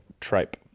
tripe